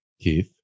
Keith